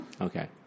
Okay